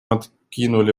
откинули